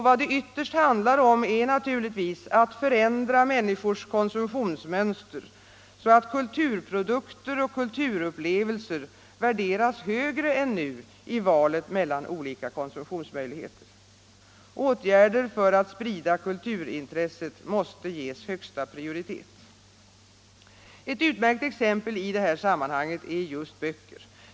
Vad det ytterst handlar om är naturligtvis att förändra människors konsumtionsmönster, så att kulturprodukter och kulturupplevelser värderas högre än nu i valet mellan olika konsumtionsmöjligheter. Åtgärder för att sprida kulturintresset måste ges högsta prioritet. Ett utmärkt exempel i detta sammanhang är just böcker.